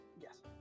Yes